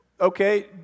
okay